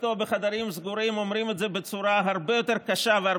בחדרים סגורים רוב חברי מפלגתו אומרים את זה בצורה הרבה